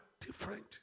different